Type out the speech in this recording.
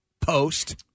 Post